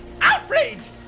outraged